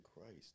Christ